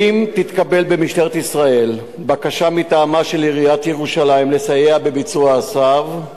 אם תתקבל במשטרת ישראל בקשה מטעמה של עיריית ירושלים לסייע בביצוע הצו,